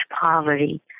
poverty